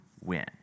win